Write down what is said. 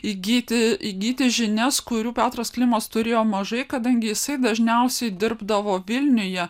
įgyti įgyti žinias kurių petras klimas turėjo mažai kadangi jisai dažniausiai dirbdavo vilniuje